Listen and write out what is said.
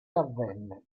avvenne